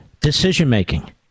decision-making